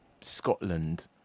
Scotland